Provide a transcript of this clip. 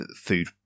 food